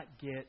get